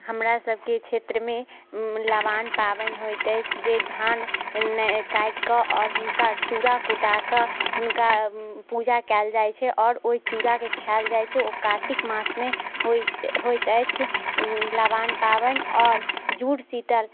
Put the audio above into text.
हमरा सबके क्षेत्रमे लबान पाबनि होइत अछि जे धान काटिके आओर हुनका चूरा कूटाक हुनका पूजा कैल जाइ छै आओर ओइ चूराके खायल जाइ छै ओ कार्तिक मासमे होइ होइत अछि लबान पाबनि आओर जूड़ शीतल